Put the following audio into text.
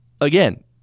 again